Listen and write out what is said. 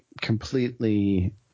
completely